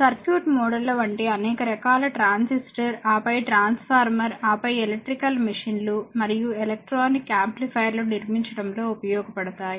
circuit మోడళ్లను వంటి అనేక రకాల ట్రాన్సిస్టర్ ఆపై ట్రాన్స్ఫార్మర్ ఆపై ఎలక్ట్రికల్ మెషీన్లు మరియు ఎలక్ట్రానిక్ యాంప్లిఫైయర్లను నిర్మించడంలో ఉపయోగపడతాయి